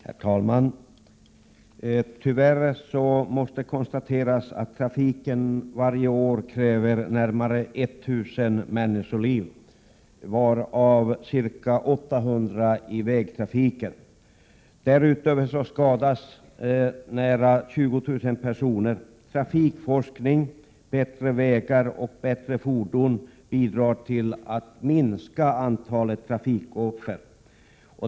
Herr talman! Tyvärr måste konstateras att trafiken varje år kräver närmare 1 000 människoliv, varav ca 800 i vägtrafiken. Därutöver skadas nära 20 000 personer. Trafikforskning, bättre vägar och bättre fordon bidrar till att minska antalet trafikoffer.